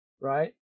right